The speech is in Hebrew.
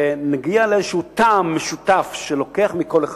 ונגיע לאיזה טעם משותף שלוקח מכל אחד.